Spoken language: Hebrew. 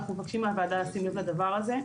אנחנו מבקשים מהוועדה לשים לב לדבר הזה.